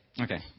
Okay